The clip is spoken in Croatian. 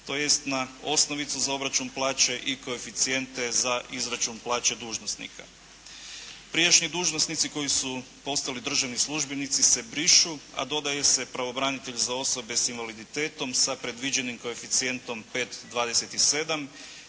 tj. na osnovicu za obračun plaće i koeficijente za izračun plaće dužnosnika. Prijašnji dužnosnici koji su postali državni službenici se brišu, a dodaju se pravobranitelj za osobe sa invaliditetom sa predviđenim koeficijentom 5,27